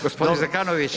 g. Zekanović?